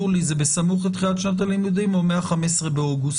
יולי זה בסמוך תחילת שנת הלימודים או מ-15 באוגוסט?